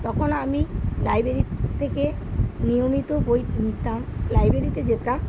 তখন আমি লাইব্রেরি থেকে নিয়মিত বই নিতাম লাইব্রেরিতে যেতাম